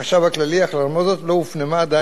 אך למרות זאת לא הופנמה עדיין בחישובים.